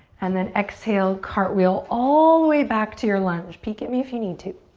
and then exhale, cartwheel all the way back to your lunge. peek at me if you need to.